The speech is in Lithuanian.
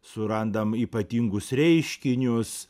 surandam ypatingus reiškinius